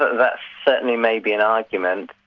ah that certainly may be an argument.